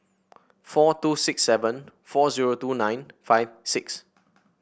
four two six seven four zero two nine five six